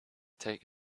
take